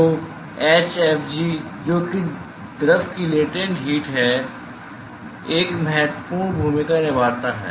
तो hfg जो कि द्रव की लेटेन्ट हीट है एक महत्वपूर्ण भूमिका निभाता है